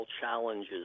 challenges